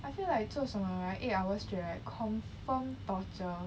I feel like 做什么 right eight hours straight right confirm torture